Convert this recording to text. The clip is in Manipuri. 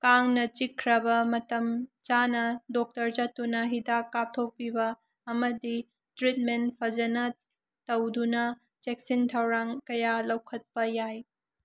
ꯀꯥꯡꯅ ꯆꯤꯛꯈ꯭ꯔꯕ ꯃꯇꯝ ꯆꯥꯅ ꯗꯣꯛꯇꯔ ꯆꯠꯇꯨꯅ ꯍꯤꯗꯥꯛ ꯀꯥꯞꯊꯣꯛꯄꯤꯕ ꯑꯃꯗꯤ ꯇ꯭ꯔꯤꯠꯃꯦꯟ ꯐꯖꯅ ꯇꯧꯗꯨꯅ ꯆꯦꯛꯁꯤꯟ ꯊꯧꯔꯥꯡ ꯀꯌꯥ ꯂꯧꯈꯠꯄ ꯌꯥꯏ